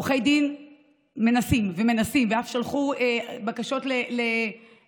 היא שלחה לי איזו הקלטה שלה שבה אומרת הודיה